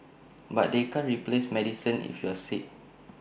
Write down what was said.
but they can't replace medicine if you're sick